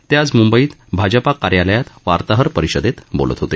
ते आज मुंबईत भाजपा कार्यालयात वार्ताहर परिषदेत बोलत होते